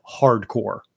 hardcore